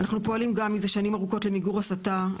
אנחנו פועלים גם מזה שנים ארוכות למיגור הסתה,